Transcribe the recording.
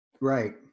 Right